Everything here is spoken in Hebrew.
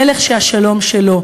מלך שהשלום שלו,